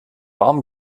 warm